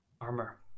Armor